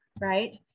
right